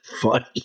funny